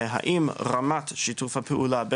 האם רמת שיתוף הפעולה,